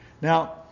Now